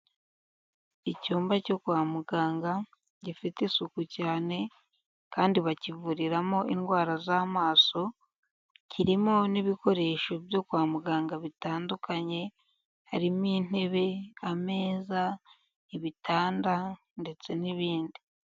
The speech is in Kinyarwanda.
Icyumba cyo kwa muganga gifite isuku cyane kandi bakivuriramo indwara z'amaso, kirimo n'ibikoresho byo kwa muganga bitandukanye, harimo intebe ameza ibitanda ndetse n'ibindi.